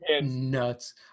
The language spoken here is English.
nuts